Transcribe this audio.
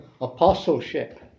apostleship